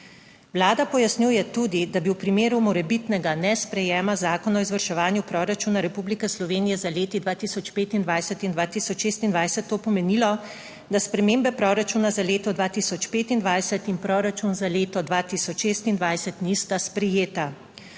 Vlada pojasnjuje tudi, da bi v primeru morebitnega nesprejema Zakona o izvrševanju proračuna Republike Slovenije za leti 2025 in 2026 to pomenilo, da spremembe proračuna za leto 2025 in proračun za leto 2026 nista sprejeta.